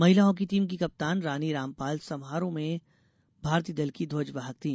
महिला hockey team की कप्तान रानी रामपाल समापन समारोह में भारतीय दल की ध्वजवाहक थी